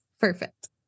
perfect